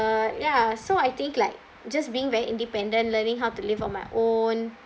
ya so I think like just being very independent learning how to live on my own